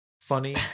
funny